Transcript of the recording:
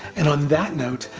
and on that note,